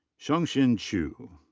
zongcheng chu.